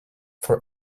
for